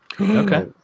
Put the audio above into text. Okay